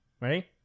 Ready